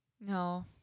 No